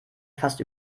fast